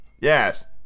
yes